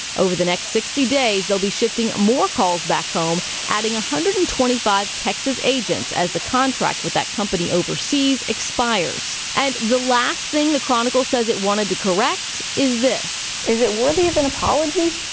over the next sixty days, they'll be shifting more calls back home, adding one hundred and twenty five texas agents as the contract with that company overseas expires. and the last thing the chronicle says it wanted to correct is this. is it worthy of an apology?